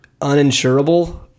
uninsurable